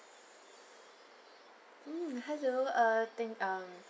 mm hello err think um